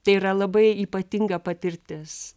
tai yra labai ypatinga patirtis